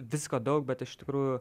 visko daug bet iš tikrųjų